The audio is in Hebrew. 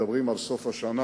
מדברים על סוף השנה.